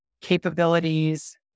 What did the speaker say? capabilities